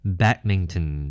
badminton